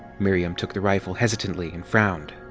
miriam took the rifle hesitantly and frowned.